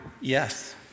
yes